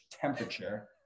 temperature-